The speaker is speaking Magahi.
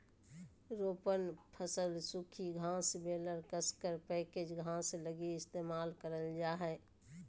रोपण फसल सूखी घास बेलर कसकर पैकेज घास लगी इस्तेमाल करल जा हइ